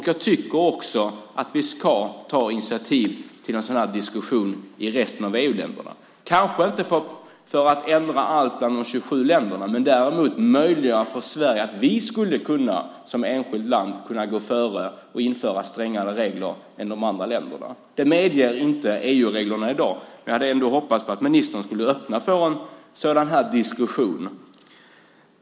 Jag tycker också att vi ska ta initiativ till en sådan här diskussion i resten av EU-länderna, kanske inte för att ändra allt bland de 27 länderna men däremot möjliggöra för Sverige att vi som enskilt land skulle kunna gå före och införa strängare regler än de andra länderna. Det medger inte EU-reglerna i dag. Jag hade ändå hoppats på att ministern skulle öppna för en sådan diskussion.